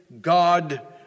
God